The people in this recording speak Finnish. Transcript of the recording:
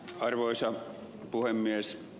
arvoisa puhemies